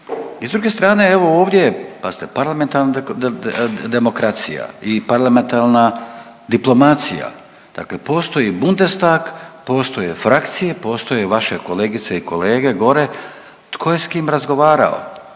I s druge strane, evo ovdje, pazite, parlamentarna demokracija i parlamentarna diplomacija, dakle postoji Bundestag, postoje frakcije, postoje vaše kolegice i kolege gore, tko je s kim razgovarao?